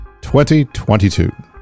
2022